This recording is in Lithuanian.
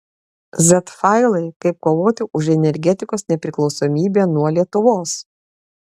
z failai kaip kovoti už energetikos nepriklausomybę nuo lietuvos